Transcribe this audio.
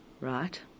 right